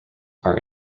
are